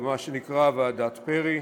במה שנקרא ועדת פרי,